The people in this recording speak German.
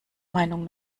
meinung